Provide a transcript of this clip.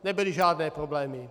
Nebyly žádné problémy.